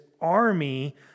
army